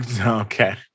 Okay